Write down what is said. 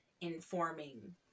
informing